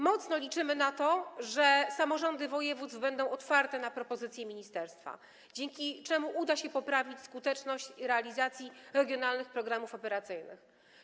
Mocno liczymy na to, że samorządy województw będą otwarte na propozycje ministerstwa, dzięki czemu uda się poprawić skuteczność realizacji regionalnych programów operacyjnych.